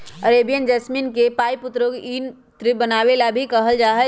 Arabian jasmine के पउपयोग इत्र बनावे ला भी कइल जाहई